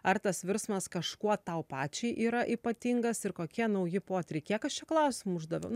ar tas virsmas kažkuo tau pačiai yra ypatingas ir kokie nauji potyriai kiek aš čia klausimų uždaviau